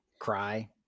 cry